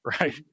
right